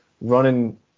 running